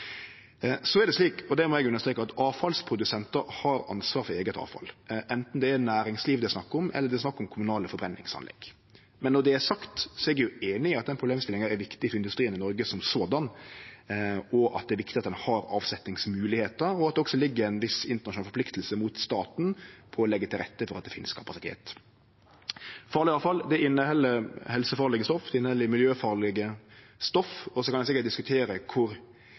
Så er det slik – og det må eg understreke – at avfallsprodusentar har ansvar for eige avfall, anten det er næringsliv det er snakk om, eller det er snakk om kommunale forbrenningsanlegg. Men når det er sagt, er eg einig i at den problemstillinga er viktig for industrien i Noreg i seg sjølv, at det er viktig at ein har avsetningsmoglegheiter, og at det også ligg ei viss internasjonal forplikting inn mot staten for å leggje til rette for at det finst kapasitet. Farleg avfall inneheld helsefarlege stoff, og det inneheld miljøfarlege stoff. Ein kan sikkert diskutere